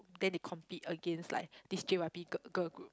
then they compete against like this J_Y_P girl girl group